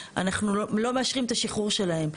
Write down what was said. אנחנו לא מאשרים את השחרור שלהם.